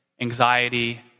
anxiety